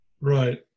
right